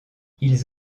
ils